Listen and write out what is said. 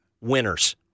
winners